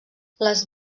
les